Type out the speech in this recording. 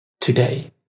today